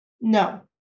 No